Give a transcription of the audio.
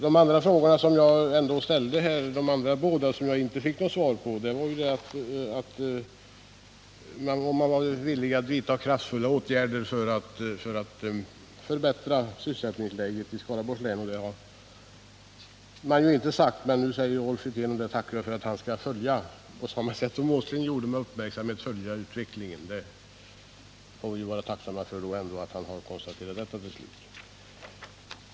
De båda frågor som jag inte fick något svar på gällde bl.a. huruvida man var villig att vidta kraftfulla åtgärder för att förbättra sysselsättningsläget i Skaraborgs län. Nu säger emellertid Rolf Wirtén att han på samma sätt som Nils Åsling gjorde skall följa utvecklingen med uppmärksamhet. Detta får vi väl då vara tacksamma för.